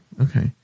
okay